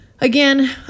again